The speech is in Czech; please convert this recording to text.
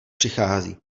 přichází